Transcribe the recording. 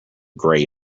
grey